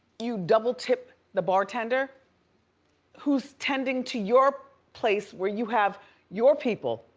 you double tip the bartender who's tending to your place where you have your people,